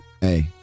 Hey